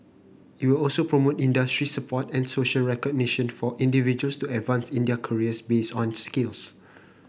it will also promote industry support and social recognition for individuals to advance in their careers based on skills